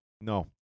no